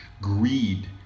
greed